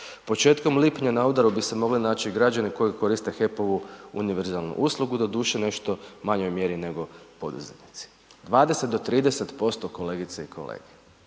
početkom lipnja na udaru bi se mogli naći i građani koji korist HEP-ovu univerzalnu uslugu, doduše u nešto manjoj mjeri nego poduzetnici. 20 do 30%, kolegice i kolege.